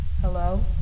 Hello